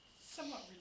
Somewhat